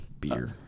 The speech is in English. beer